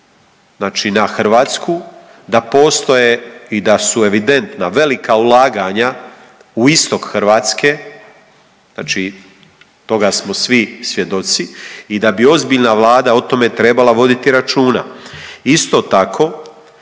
na Hrvatsku, da postoje i da su evidentna velika ulaganja u istok Hrvatske, znači toga smo svi svjedoci i da bi ozbiljna Vlada o tome trebala voditi računa. Isto tako